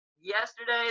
yesterday